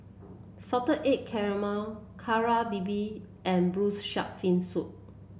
Salted Egg Calamari Kari Babi and Braised Shark Fin Soup